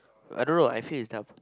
I don't know I feel he's dumb